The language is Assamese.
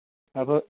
তাৰপৰা